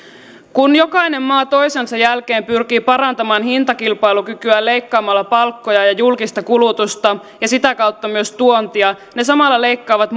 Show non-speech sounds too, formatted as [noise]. kun jokainen maa toisensa jälkeen pyrkii parantamaan hintakilpailukykyään leikkaamalla palkkoja ja ja julkista kulutusta ja sitä kautta myös tuontia ne samalla leikkaavat [unintelligible]